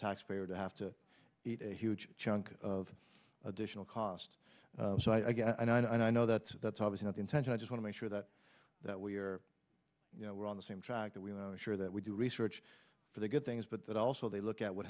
taxpayer to have to eat a huge chunk of additional cost so i guess and i know that that's always not the intention i just wanna make sure that that we're you know we're on the same track that we're sure that we do research for the good things but that also they look at what